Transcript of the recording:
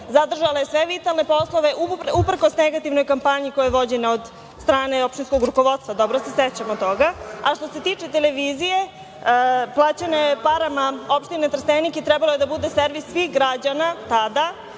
Zadržala je sve vitalne poslove, uprkos negativnoj kampanji koja je vođena od strane opštinskog rukovodstva, dobro se sećamo toga.A, što se tiče televizije, plaćena je parama opštine Trstenik i trebala je da bude servis svih građana tada,